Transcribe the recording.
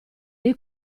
dei